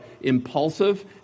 impulsive